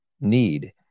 need